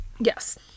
Yes